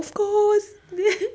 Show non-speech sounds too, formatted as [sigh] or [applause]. [laughs]